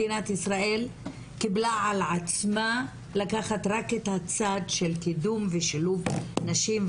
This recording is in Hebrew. מדינת ישראל קיבלה על עצמה לקחת רק את הצד של קידום ושילוב נשים,